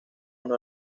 uno